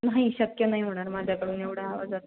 नाही शक्य नाही होणार माझ्याकडून एवढ्या आवाजात